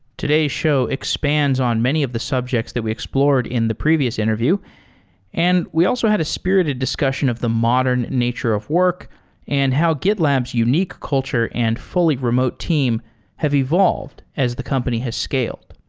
today's show expands on many of the subjects that we explored in the previous interview and we also had a spirited discussion of the modern nature of work and how gitlab's unique culture and fully remote team have evolved as the company has scaled.